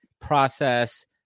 process